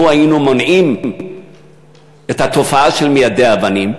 לו היינו מונעים את התופעה של מיידי אבנים,